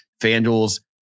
FanDuel's